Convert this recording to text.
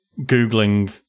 googling